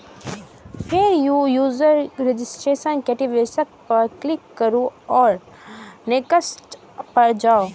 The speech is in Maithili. फेर न्यू यूजर रजिस्ट्रेशन, एक्टिवेशन पर क्लिक करू आ नेक्स्ट पर जाउ